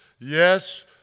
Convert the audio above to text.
Yes